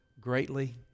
greatly